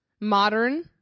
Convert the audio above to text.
Modern